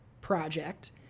project